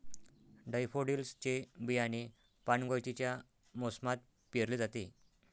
daffodils चे बियाणे पानगळतीच्या मोसमात पेरले जाते